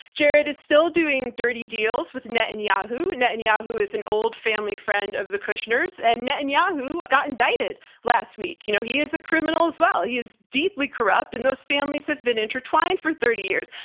jared is still doing dirty deals with netanyahu. netanyahu is an old family friend of the kushners and netanyahu got indicted last week. you know, he is a criminal as well. he is deeply corrupt and those families have been intertwined for thirty years.